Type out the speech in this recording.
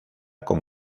con